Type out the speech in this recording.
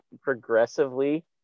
progressively